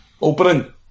opening